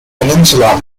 peninsula